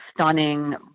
stunning